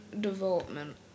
development